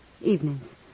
evenings